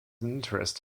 interest